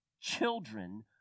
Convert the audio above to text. children